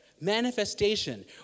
manifestation